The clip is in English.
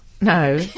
No